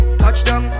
Touchdown